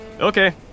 Okay